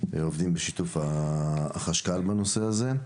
עובדים בשיתוף החשכ"ל בנושא הזה,